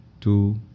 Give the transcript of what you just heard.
two